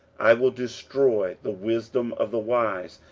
i will destroy the wisdom of the wise,